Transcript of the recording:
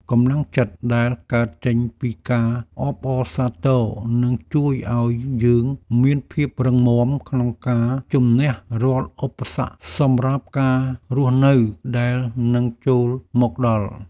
កម្លាំងចិត្តដែលកើតចេញពីការអបអរសាទរនឹងជួយឱ្យយើងមានភាពរឹងមាំក្នុងការជម្នះរាល់ឧបសគ្គសម្រាប់ការរស់នៅដែលនឹងចូលមកដល់។